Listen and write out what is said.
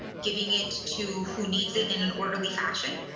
giving it to who needs it in an orderly fashion.